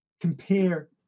compare